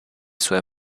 sue